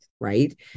right